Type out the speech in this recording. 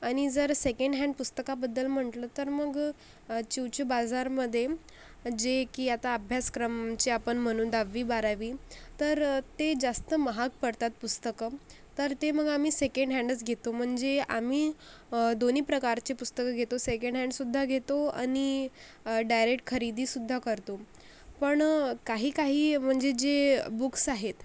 आणि जर सेकंडहॅन्ड पुस्तकाबद्दल म्हटलं तर मग चिऊचे बाजारमध्ये जे की आता अभ्यासक्रमाचे आपण म्हणून दहावी बारावी तर ते जास्त महाग पडतात पुस्तकं तर ते मग आम्ही सेकंडहॅन्डच घेतो म्हणजे आम्ही दोन्ही प्रकारचे पुस्तकं घेतो सेकंडहॅन्डसुद्धा घेतो आणि डायरेक्ट खरेदीसुद्धा करतो पण काही काही म्हणजे जे बुक्स आहेत